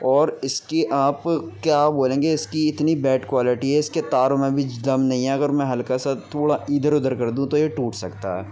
اور اس کی آپ کیا بولیں گے اس کی اتنی بیڈ کوالٹی ہے اس کے تاروں میں بھی دم نہیں ہے اگر میں ہلکہ سا تھوڑا اِدھر اُدھر کردوں تو یہ ٹوٹ سکتا ہے